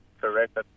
correct